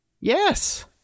Yes